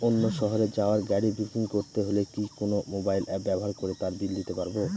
অন্য শহরে যাওয়ার গাড়ী বুকিং করতে হলে কি কোনো মোবাইল অ্যাপ ব্যবহার করে তার বিল দিতে পারব?